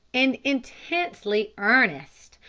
and intensely earnest.